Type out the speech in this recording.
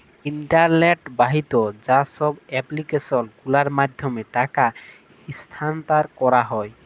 ইলটারলেট বাহিত যা ছব এপ্লিক্যাসল গুলার মাধ্যমে টাকা ইস্থালাল্তর ক্যারা হ্যয়